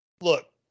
look